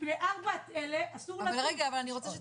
לארבעת אלה אסור לטוס, נכון?